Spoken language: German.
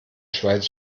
schweiz